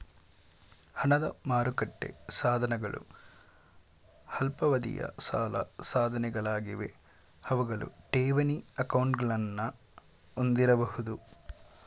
ಹಣದ ಮಾರುಕಟ್ಟೆ ಸಾಧನಗಳು ಅಲ್ಪಾವಧಿಯ ಸಾಲ ಸಾಧನಗಳಾಗಿವೆ ಅವುಗಳು ಠೇವಣಿ ಅಕೌಂಟ್ಗಳನ್ನ ಹೊಂದಿರಬಹುದು